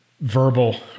verbal